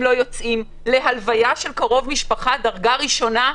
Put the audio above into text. לא יוצאים להלוויה של קרוב משפחה דרגה ראשונה.